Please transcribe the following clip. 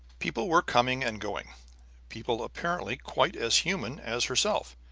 people were coming and going people apparently quite as human as herself.